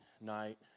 night